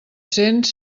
cents